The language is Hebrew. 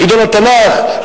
בחידון התנ"ך,